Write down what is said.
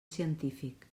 científic